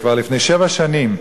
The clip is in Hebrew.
כבר לפני שבע שנים,